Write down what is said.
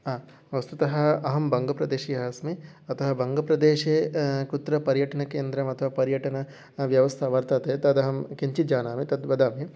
हा वस्तुतः अहं वङ्गप्रदेशीयः अस्मि अतः वङ्गप्रदेशे कुत्र पर्यटनकेन्द्रम् अथवा पर्यटनं व्यवस्था वर्तते तदहं किञ्चित् जानामि तद् वदामि